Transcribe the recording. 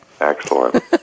Excellent